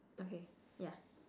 okay yeah